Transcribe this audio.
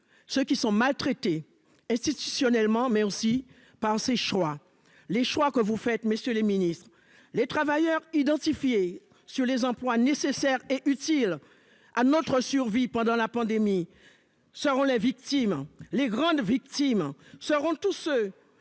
ceux qui sont maltraités, institutionnellement, mais aussi par ses choix. Les choix que vous faites. Messieurs les ministres, les travailleurs identifié sur les emplois nécessaires et utiles. À notre survie pendant la pandémie. Ça rend la victime. Les grandes victimes seront tous ceux,